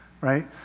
right